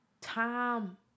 time